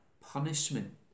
punishment